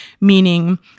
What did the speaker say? meaning